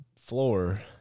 floor